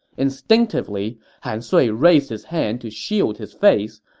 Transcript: instinctively, han sui raised his hand to shield his face,